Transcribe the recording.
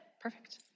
perfect